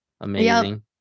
Amazing